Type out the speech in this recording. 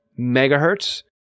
megahertz